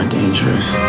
dangerous